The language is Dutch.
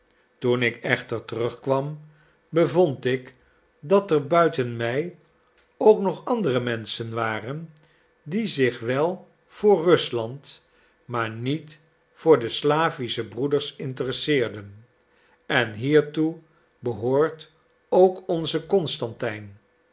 toen ik echter terugkwam bevond ik dat er buiten mij ook nog andere menschen waren die zich wel voor rusland maar niet voor de slavische broeders interesseeren en hiertoe behoort ook onze constantijn